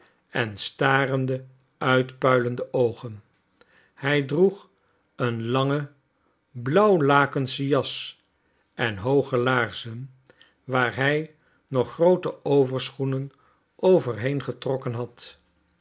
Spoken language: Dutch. en starende uitpuilende oogen hij droeg een langen blauw lakenschen jas en hooge laarzen waar hij nog groote overschoenen over heen getrokken had